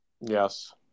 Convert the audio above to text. Yes